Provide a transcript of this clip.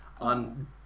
On